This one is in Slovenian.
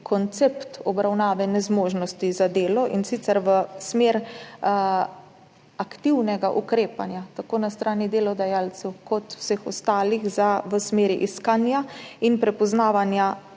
koncept obravnave nezmožnosti za delo, in sicer v smeri aktivnega ukrepanja, tako na strani delodajalcev kot vseh ostalih, v smeri iskanja in prepoznavanja